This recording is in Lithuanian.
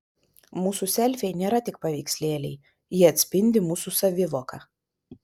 mūsų selfiai nėra tik paveikslėliai jie atspindi mūsų savivoką